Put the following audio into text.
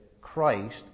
Christ